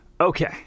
Okay